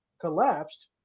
collapsed